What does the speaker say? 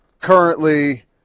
currently